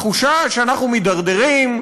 תחושה שאנחנו מידרדרים,